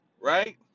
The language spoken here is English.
Right